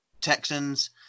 Texans